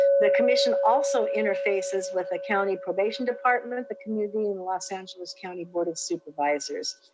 the commission also interfaces with the county probation department, the community in los angeles county board of supervisors.